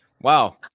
Wow